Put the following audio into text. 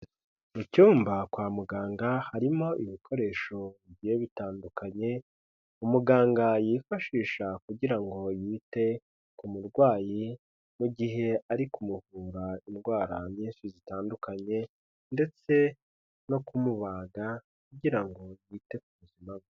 Mu cyumba kwa muganga harimo ibikoresho bigiye bitandukanye, umuganga yifashisha kugira ngo yite ku murwayi mu gihe ari kumuvura indwara nyinshi zitandukanye ndetse no kumubaga kugira ngo yite ku buzima bwe.